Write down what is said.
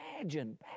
imagine